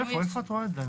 איפה את רואה את זה?